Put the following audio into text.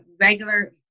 regular